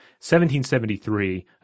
1773